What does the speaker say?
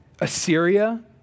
Assyria